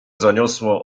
zaniosło